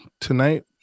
tonight